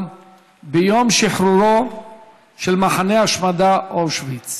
ביום שחרורו של מחנה ההשמדה אושוויץ